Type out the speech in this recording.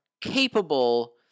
capable